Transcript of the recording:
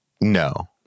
No